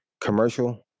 Commercial